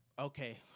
Okay